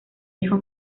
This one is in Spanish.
hijo